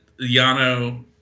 Yano